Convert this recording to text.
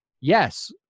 Yes